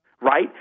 Right